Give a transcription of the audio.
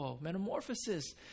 Metamorphosis